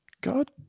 God